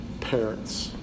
parents